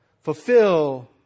fulfill